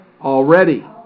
already